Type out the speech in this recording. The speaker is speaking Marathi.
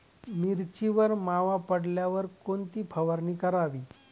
मिरचीवर मावा पडल्यावर कोणती फवारणी करावी?